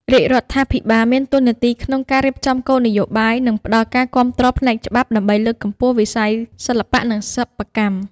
រាជរដ្ឋាភិបាលមានតួនាទីក្នុងការរៀបចំគោលនយោបាយ និងផ្តល់ការគាំទ្រផ្នែកច្បាប់ដើម្បីលើកកម្ពស់វិស័យសិល្បៈនិងសិប្បកម្ម។